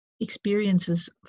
experiences